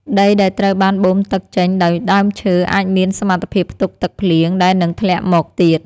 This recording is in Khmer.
ដីដែលត្រូវបានបូមទឹកចេញដោយដើមឈើអាចមានសមត្ថភាពផ្ទុកទឹកភ្លៀងដែលនឹងធ្លាក់មកទៀត។